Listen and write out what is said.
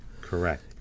Correct